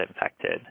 infected